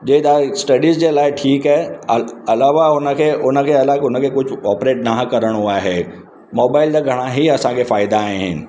जे तव्हांजे स्टडीज जे लाइ ठीकु आहे अल अलावा हुनखे हुनखे अलॻि हुनखे कुझु ऑपरेट नाहे करिणो आहे मोबाइल जा घणा ई असांखे फ़ाइदा आहिनि